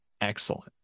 excellent